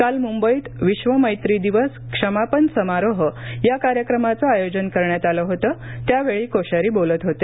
काल मुंबईत विश्व मैत्री दिवस क्षमापन समारोह कार्यक्रमाचे आयोजन करण्यात आलं होतं त्यावेळी कोश्यारी बोलत होते